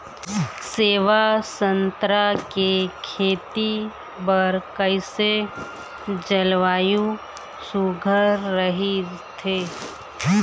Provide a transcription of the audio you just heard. सेवा संतरा के खेती बर कइसे जलवायु सुघ्घर राईथे?